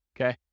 Okay